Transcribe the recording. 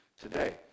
today